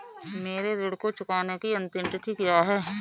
मेरे ऋण को चुकाने की अंतिम तिथि क्या है?